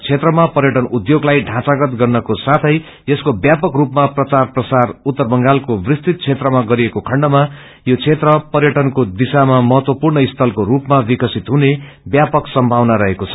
क्षेत्रमा प्राअन उध्योग लाई ढाँचागत गर्नको साथै यसको व्यापक रूपमा प्रचार प्रसार उत्तर बंगालको विस्तृत क्षेत्रमा गरिएको खण्डमा यो क्षेत्र पर्यअनको दिशामा महत्वपूर्ण स्थलको रूपामा विकसित हुने व्यापक सम्थावना रहेको छ